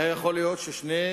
יכול להיות שעל שני